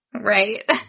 Right